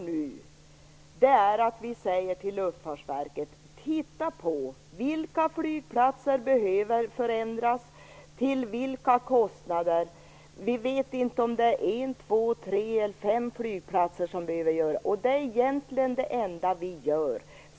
Nu ber vi Luftfartsverket att titta närmare på vilka flygplatser som behöver förändras och till vilka kostnader. Vi vet inte om det är en, två, tre eller fem flygplatser det gäller. Det är egentligen det enda vi gör.